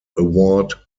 award